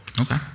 Okay